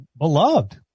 beloved